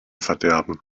verderben